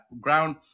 ground